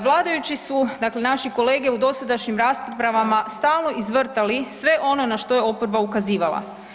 Vladajući su, dakle naši kolege u dosadašnjim raspravama stalno izvrtali sve ono na što je oporba ukazivala.